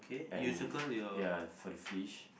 and ya for the fish